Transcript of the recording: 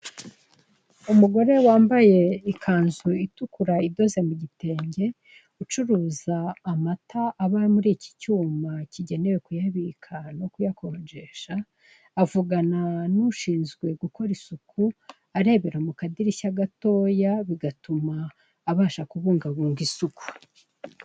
Umugore wambaye ikanzu itukura idoze mu gitenge, ucuruza amata aba muri iki cyuma kigenewe kuyabika no kuyakonjesha avugana n'ushinzwe gukora isuku arebera mu kadirishya gatoya bigatuma abasha kubungabunga isuku.